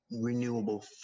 renewable